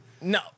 No